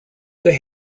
they